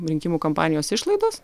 rinkimų kampanijos išlaidos